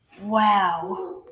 Wow